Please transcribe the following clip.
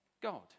God